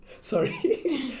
sorry